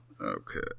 Okay